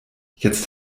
jetzt